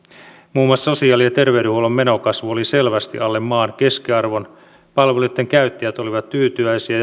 muun muassa sosiaali ja terveydenhuollon menokasvu oli selvästi alle maan keskiarvon palveluitten käyttäjät olivat tyytyväisiä